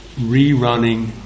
rerunning